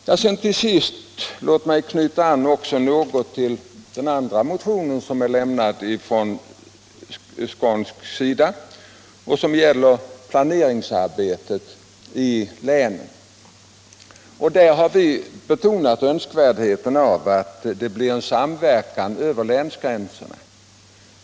Låt mig till sist knyta an något till den andra motionen från skånsk sida, som gäller planeringsarbetet i länen. Där har vi betonat önskvärdheten av en samverkan över länsgränserna.